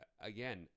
Again